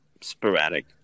sporadic